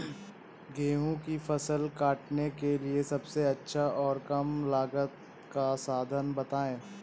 गेहूँ की फसल काटने के लिए सबसे अच्छा और कम लागत का साधन बताएं?